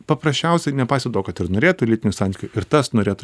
paprasčiausiai nepaisant to kad ir norėtų lytinių santykių ir tas norėtų